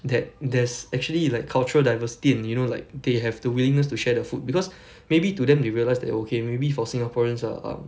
that there's actually like cultural diversity in you know like they have the willingness to share the food because maybe to them they realised that okay maybe for singaporeans ah um